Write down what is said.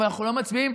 אבל אנחנו לא מצביעים,